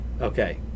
Okay